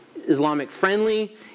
Islamic-friendly